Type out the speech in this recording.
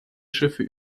schiffe